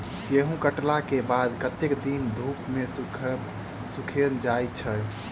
गहूम कटला केँ बाद कत्ते दिन धूप मे सूखैल जाय छै?